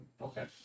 okay